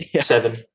Seven